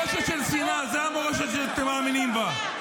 שנאה, מורשת של שנאה, זאת המורשת שאתם מאמינים בה.